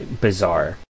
bizarre